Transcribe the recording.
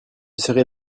serrer